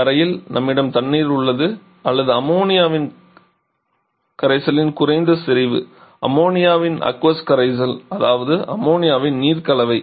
இந்த அறையில் நம்மிடம் தண்ணீர் உள்ளது அல்லது அம்மோனியாவின் கரைசலின் குறைந்த செறிவு அம்மோனியாவின் அக்வஸ் கரைசல் அதாவது அம்மோனியா நீர் கலவை